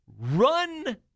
run